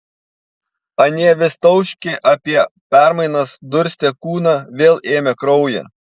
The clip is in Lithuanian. anie vis tauškė apie permainas durstė kūną vėl ėmė kraują